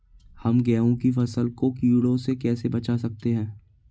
हम गेहूँ की फसल को कीड़ों से कैसे बचा सकते हैं?